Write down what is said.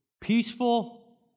peaceful